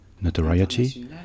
notoriety